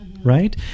right